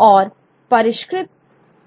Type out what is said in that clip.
और परिष्कृत